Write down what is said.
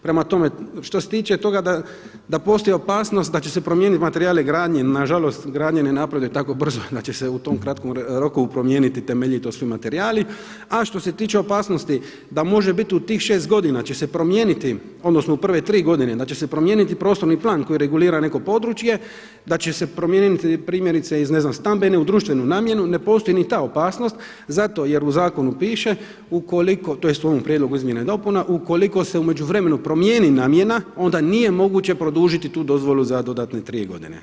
Prema tome, što se tiče toga da postoji opasnost da će se promijeniti materijal i gradnja, nažalost gradnja ne napreduje tako brzo da će se u tom kratkom roku promijeniti temelji i to sve materijali a što se tiče opasnosti da može biti u tih šest godina će se promijeniti odnosno u prve tri godine da će se promijeniti prostorni plan koji regulira neko područje, da će se promijeniti primjerice iz stambenih u društvenu namjenu ne postoji ni ta opasnost zato jer u zakonu piše tj. u ovom prijedlogu izmjena i dopuna ukoliko se u međuvremenu promijeni namjena onda nije moguće produžiti tu dozvolu za dodatne tri godine.